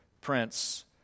Prince